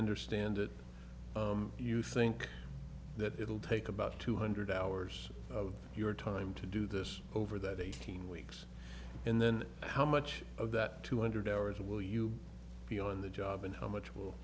understand it you think that it will take about two hundred hours of your time to do this over that eighteen weeks and then how much of that two hundred hours will you be on the job and how much will